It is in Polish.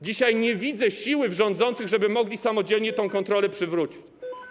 Dzisiaj nie widzę siły w rządzących, żeby mogli samodzielnie tę kontrolę przywrócić.